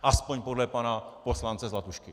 Aspoň podle pana poslance Zlatušky.